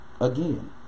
Again